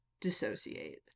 dissociate